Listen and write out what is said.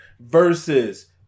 versus